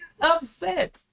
upset